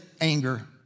anger